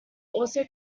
also